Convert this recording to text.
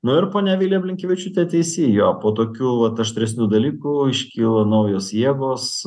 nu ir ponia vilija blinkevičiūtė teisi jo po tokių vat aštresnių dalykų iškyla naujos jėgos